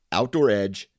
OutdoorEdge